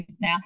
now